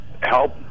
help